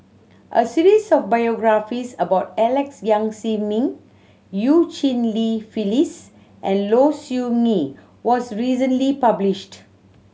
a series of biographies about Alex Yam Ziming Eu Cheng Li Phyllis and Low Siew Nghee was recently published